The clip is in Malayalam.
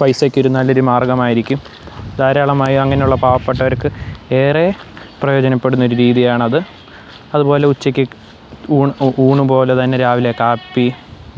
പൈസയ്ക്കൊരു നല്ലൊരു മാർഗമായിരിക്കും ധാരാളമായി അങ്ങനെയുള്ള പാവപ്പെട്ടവർക്ക് ഏറെ പ്രയോജനപ്പെടുന്നൊരു രീതിയാണത് അതുപോലെ ഉച്ചയ്ക്ക് ഊണ് പോലെ തന്നെ രാവിലെ കാപ്പി